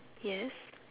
yes